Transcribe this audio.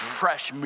fresh